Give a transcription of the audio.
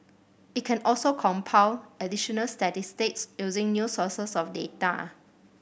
it can also compile additional statistics using new sources of data